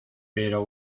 pero